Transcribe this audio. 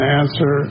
answer